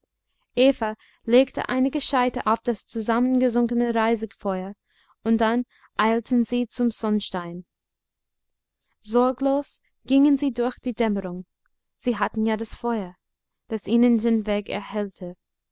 legte einige scheite auf das zusammengesunkene reisigfeuer und dann eilten sie zum sonnstein sorglos gingen sie durch die dämmerung sie hatten ja das feuer das ihnen den weg erhellte